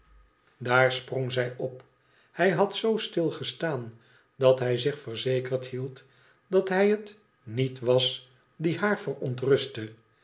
daar sprong zij op hij had z stil gestaan dat hij zich verzekerd hield dat hij het niet was die haar verontrustte